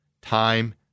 time